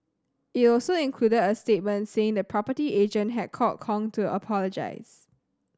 it also included a statement saying the property agent had called Kong to apologise